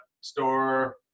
Store